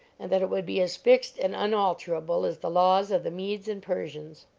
and that it would be as fixed and unalterable as the laws of the medes and persians.